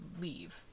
leave